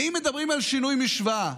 ואם מדברים על שינוי משוואה,